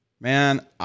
Man